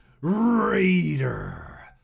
Raider